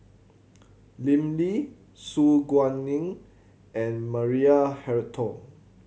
Lim Lee Su Guaning and Maria Hertogh